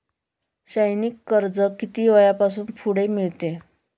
शैक्षणिक कर्ज किती वयापासून पुढे मिळते?